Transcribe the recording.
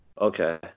Okay